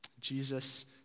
Jesus